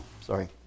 Sorry